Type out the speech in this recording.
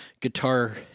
guitar